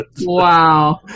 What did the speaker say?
Wow